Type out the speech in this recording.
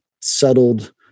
settled